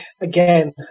again